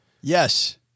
Yes